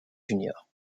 juniors